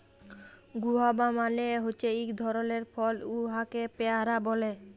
guava মালে হছে ইক ধরলের ফল উয়াকে পেয়ারা ব্যলে